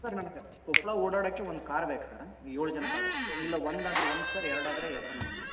sir ನನಗೆ ಕೊಪ್ಪಳ ಓಡಾಡೋಕೆ ಒಂದು ಕಾರ್ ಬೇಕು ಸರ್ ಏಳು ಜನಕ್ಕಾಗುವಷ್ಟು ಇಲ್ಲ ಒಂದು ಆದರೆ ಒಂದು ಸರ್ ಎರಡು ಆದರೆ ಎರಡನ್ನ ಮಾಡಿ